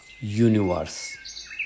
universe